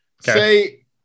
Say